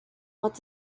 what